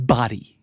Body